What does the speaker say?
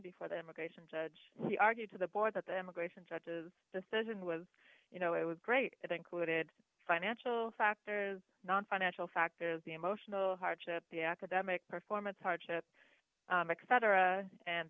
before the immigration judge he argued to the board that the immigration judge's decision was you know it was great it included financial factors nonfinancial factors the emotional hardship the academic performance hardship